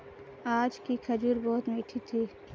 आज की खजूर बहुत मीठी थी